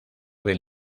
del